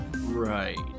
Right